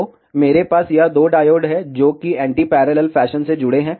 तो मेरे पास यह दो डायोड हैं जो कि एंटी पैरेलल फैशन से जुड़े हैं